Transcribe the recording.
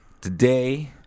today